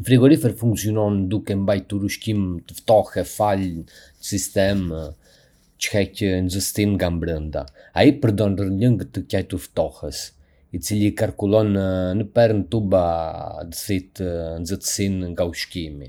Një frigorifer funksionon duke mbajtur ushqimin të ftohtë falë një sistemi që heq nxehtësinë nga brenda. Ai përdor një lëng të quajtur ftohës, i cili qarkullon nëpër tuba dhe thith nxehtësinë nga ushqimi.